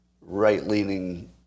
right-leaning